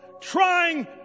trying